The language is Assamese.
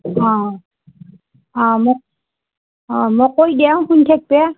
অঁ অঁ মোক অঁ মই কৈ দেওঁ শুনি থাকিব